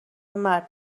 مرد